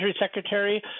secretary